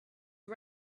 you